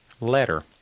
letter